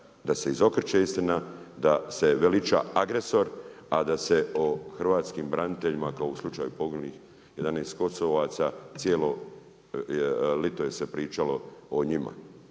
da se izokreće istina, da se veliča agresor, a da se o hrvatskim braniteljima, kao u slučaju poginulih, 11 Kosovaca, cijelo ljeto je se pričao o njima.